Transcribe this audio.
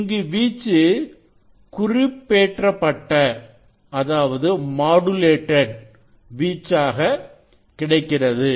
இங்குவீச்சுகுறிப்பேற்றப்பட்டவீச்சாக கிடைக்கிறது